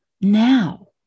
now